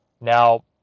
now